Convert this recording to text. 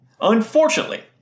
Unfortunately